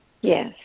Yes